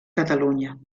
catalunya